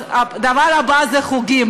אז הדבר הבא זה חוגים.